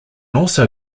also